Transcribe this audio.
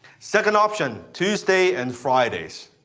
second option, tuesday and fridays.